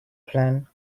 plan